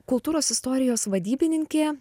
kultūros istorijos vadybininkė